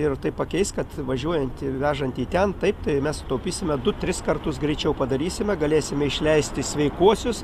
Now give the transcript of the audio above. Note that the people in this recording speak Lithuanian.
ir tai pakeis kad važiuojant ir vežant į ten taip tai mes sutaupysime du tris kartus greičiau padarysime galėsime išleisti sveikuosius